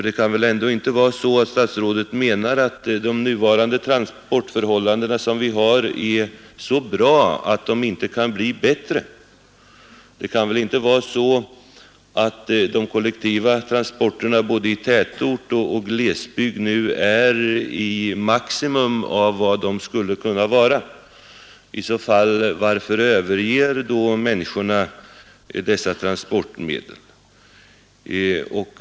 Det kan väl ändå inte vara statsrådets mening att de nuvarande transportförhållandena är så bra att de inte kan bli bättre? Det kan väl inte vara så att de kollektiva transporterna både i tätort och i glesbygd nu är så maximalt bra som de kan vara? I så fall — varför överger människorna dessa transportmedel?